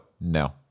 no